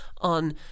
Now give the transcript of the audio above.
on